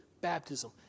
baptism